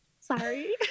sorry